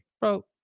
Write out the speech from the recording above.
Bro